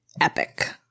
epic